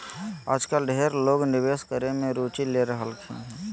आजकल ढेर लोग निवेश करे मे रुचि ले रहलखिन हें